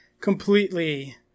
completely